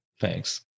Thanks